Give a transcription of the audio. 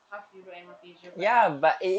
half europe and half asia but